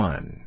One